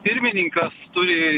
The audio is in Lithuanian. pirmininkas turi